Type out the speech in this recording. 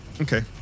Okay